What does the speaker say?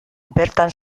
bertan